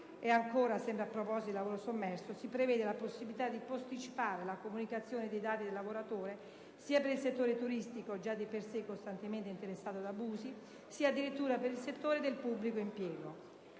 Sempre a proposito di lavoro sommerso, si prevede inoltre la possibilità di posticipare la comunicazione dei dati del lavoratore sia per il settore turistico (già di per se costantemente interessato da abusi) sia addirittura per il settore del pubblico impiego.